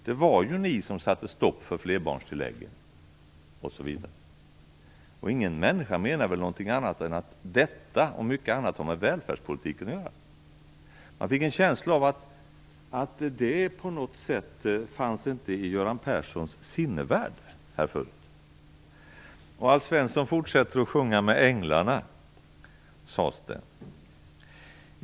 Det var ju ni som satte stopp för flerbarnstilläggen osv. Ingen menar väl något annat än att detta, och mycket annat, har med välfärdspolitiken att göra. Jag fick en känsla av att det på något sätt här förut inte fanns i Göran Perssons sinnevärld. Alf Svensson fortsätter att sjunga med änglarna, sades det.